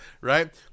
Right